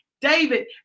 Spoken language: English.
David